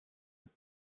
les